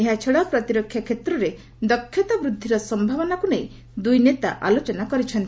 ଏହାଛଡ଼ା ପ୍ରତିରକ୍ଷା କ୍ଷେତ୍ରରେ ଦକ୍ଷତା ବୃଦ୍ଧିର ସମ୍ଭାବନାକୁ ନେଇ ଦୁଇ ନେତା ଆଲୋଚନା କରିଛନ୍ତି